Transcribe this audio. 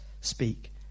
speak